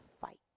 fight